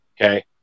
Okay